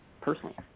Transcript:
personally